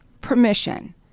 permission